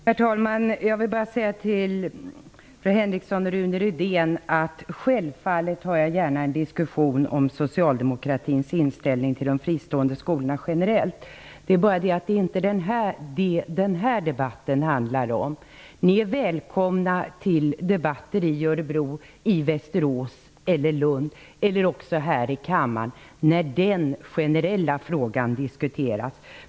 Herr talman! Jag vill säga till fru Henriksson och Rune Rydén att jag självfallet gärna tar en diskussion om socialdemokratins inställning rent generellt till de fristående skolorna. Men denna debatt handlar inte om det. Ni är välkomna till debatter i Örebro, Västerås, Lund eller här i kammaren om den generella frågan.